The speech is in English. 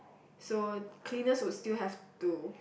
so cleaners would still have to